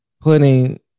putting